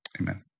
Amen